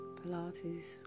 Pilates